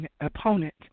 opponent